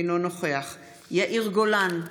אינו נוכח יאיר גולן,